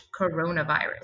coronavirus